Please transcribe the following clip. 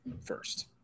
first